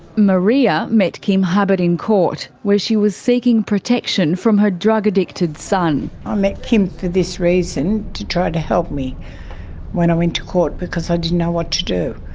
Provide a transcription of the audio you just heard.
maria met kim hubbard in court, where she was seeking protection from her drug-addicted son. i ah met kim for this reason, to try to help me when i went to court because i didn't know what to do.